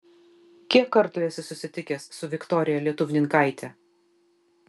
kiek kartų esi susitikęs su viktorija lietuvninkaite